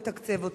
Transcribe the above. הוא מתקצב אותו.